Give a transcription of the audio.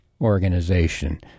Organization